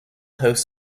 host